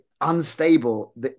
unstable